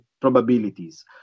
probabilities